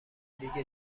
دیگه